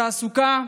בתעסוקה,